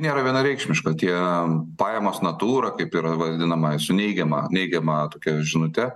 nėra vienareikšmiška tie pajamos natūra kaip yra vadinama su neigiama neigiama tokia žinute